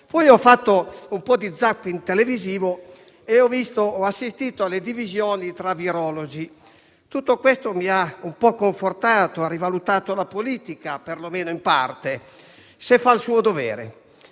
Poi ho fatto un po' di *zapping* televisivo e ho assistito alle divisioni tra virologi. Tutto questo mi ha un po' confortato e mi ha fatto rivalutare la politica, perlomeno in parte, se fa il suo dovere.